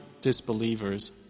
disbelievers